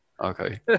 Okay